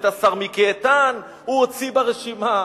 את השר מיקי איתן הוא הוציא ברשימה,